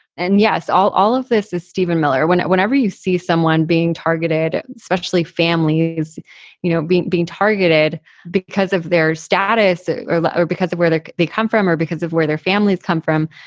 and, yes, all all of this is stephen miller. when whenever you see someone being targeted, especially families you know being being targeted because of their status or like or because of where they they come from or because of where their families come from,